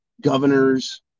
governors